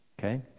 okay